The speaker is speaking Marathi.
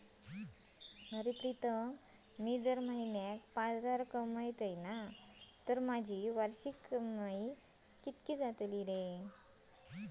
प्रीतम मी जर म्हयन्याक पाच हजार कमयतय तर माझी वार्षिक कमाय कितकी जाली?